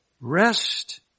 Rest